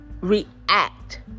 react